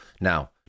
Now